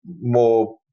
more